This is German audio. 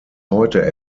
heute